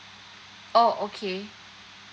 oh okay